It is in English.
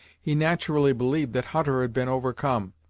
he naturally believed that hutter had been overcome,